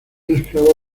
esclavo